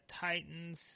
Titans